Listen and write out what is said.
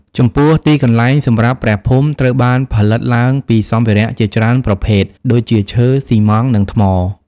ចំពោះទីកន្លែងសម្រាប់ព្រះភូមិត្រូវបានផលិតឡើងពីសម្ភារៈជាច្រើនប្រភេទ ដូចជា ឈើ ស៊ីម៉ងត៍ និង ថ្ម។